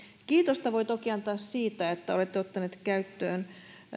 kiitosta voi toki antaa siitä että olette ottaneet käyttöön